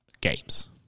games